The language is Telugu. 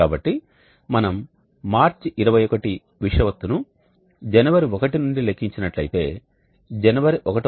కాబట్టి మనం మార్చి 21 విషువత్తును జనవరి 1 నుండి లెక్కించినట్లయితే జనవరి 1 వ తేదీన N1